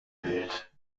bild